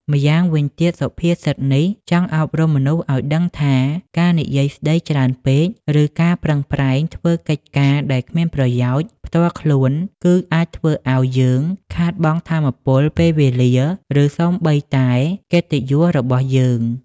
ម្យ៉ាងវិញទៀតសុភាសិតនេះចង់អប់រំមនុស្សឱ្យដឹងថា ការនិយាយស្ដីច្រើនពេក ឬការប្រឹងប្រែងធ្វើកិច្ចការដែលគ្មានប្រយោជន៍ផ្ទាល់ខ្លួន គឺអាចធ្វើឲ្យយើងខាតបង់ថាមពល ពេលវេលា ឬសូម្បីតែកិត្តិយសរបស់យើង។